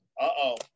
uh-oh